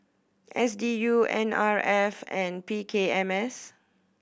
S D U N R F and P K M S